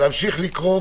גור, אפשר להמשיך לקרוא?